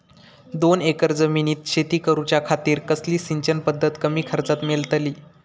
दोन एकर जमिनीत शेती करूच्या खातीर कसली सिंचन पध्दत कमी खर्चात मेलतली?